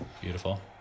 Beautiful